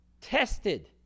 tested